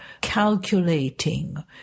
calculating